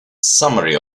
summary